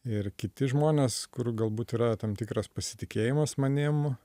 ir kiti žmonės kur galbūt yra tam tikras pasitikėjimas manim